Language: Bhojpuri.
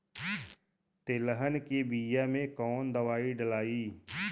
तेलहन के बिया मे कवन दवाई डलाई?